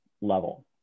level